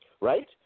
right